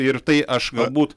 ir tai aš va būt